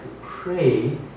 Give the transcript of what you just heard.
pray